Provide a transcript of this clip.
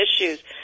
issues